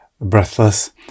breathless